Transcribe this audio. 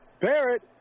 Barrett